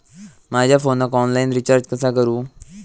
माझ्या फोनाक online recharge कसा करू?